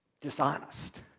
dishonest